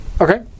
Okay